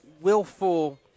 willful